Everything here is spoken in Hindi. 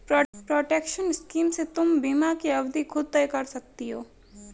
प्रोटेक्शन स्कीम से तुम बीमा की अवधि खुद तय कर सकती हो